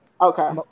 Okay